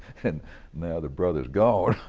and now the brother's gone,